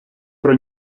про